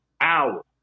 hours